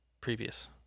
previous